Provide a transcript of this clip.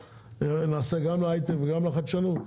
נעשה גם להייטק וגם לחדשנות?